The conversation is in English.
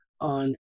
on